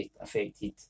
affected